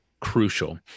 Crucial